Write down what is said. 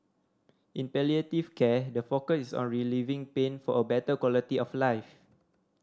in palliative care the focus is on relieving pain for a better quality of life